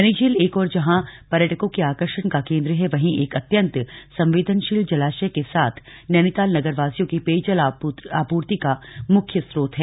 नैनीझील एक ओर जहां पर्यटकों के आकर्षण का केन्द्र है वहीं एक अत्यन्त संवेदनशील जलाशय के साथ नैनीताल नगर वासियों की पेयजल आपूर्ति का मुख्य स्रोत है